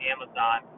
Amazon